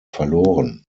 verloren